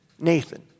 Nathan